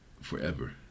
Forever